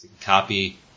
Copy